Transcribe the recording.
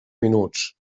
minuts